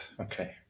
okay